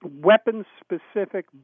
weapons-specific